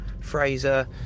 fraser